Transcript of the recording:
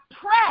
press